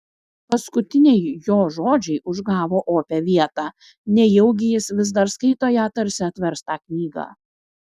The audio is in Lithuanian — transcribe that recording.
paskutiniai jo žodžiai užgavo opią vietą nejaugi jis vis dar skaito ją tarsi atverstą knygą